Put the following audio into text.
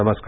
नमस्कार